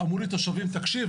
אמרו לי התושבים: תקשיב,